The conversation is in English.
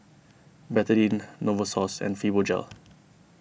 Betadine Novosource and Fibogel